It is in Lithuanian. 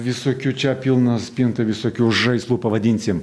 visokių čia pilna spinta visokių žaislų pavadinsim